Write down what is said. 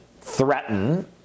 threaten